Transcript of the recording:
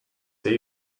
say